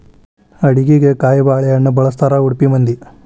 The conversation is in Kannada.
ಅಡಿಗಿಗೆ ಕಾಯಿಬಾಳೇಹಣ್ಣ ಬಳ್ಸತಾರಾ ಉಡುಪಿ ಮಂದಿ